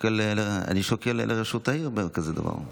אני שוקל ראשות עיר בכזה דבר.